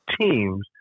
teams